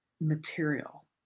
material